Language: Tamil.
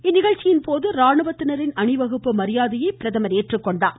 இந்நிகழ்ச்சியின்போது ராணுவத்தினரின் அணிவகுப்பு மரியாதையையும் பிரதமர் ஏற்றுக்கொண்டார்